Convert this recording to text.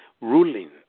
ruling